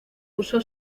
uso